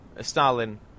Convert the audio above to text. Stalin